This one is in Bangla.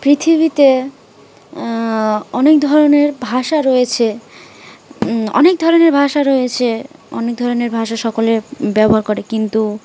পৃথিবীতে অনেক ধরনের ভাষা রয়েছে অনেক ধরনের ভাষা রয়েছে অনেক ধরনের ভাষা সকললে ব্যবহার করে কিন্তু